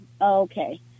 Okay